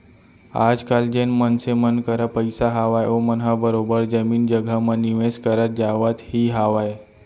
आजकल जेन मनसे मन करा पइसा हावय ओमन ह बरोबर जमीन जघा म निवेस करत जावत ही हावय